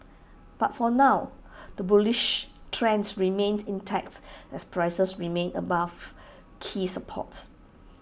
but for now the bullish trend remains intact as prices remain above key supports